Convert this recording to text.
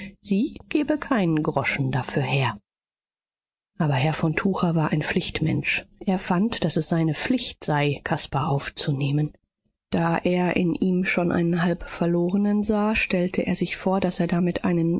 sie gebe keinen groschen dafür her aber herr von tucher war ein pflichtmensch er fand daß es seine pflicht sei caspar aufzunehmen da er in ihm schon einen halb verlorenen sah stellte er sich vor daß er damit einen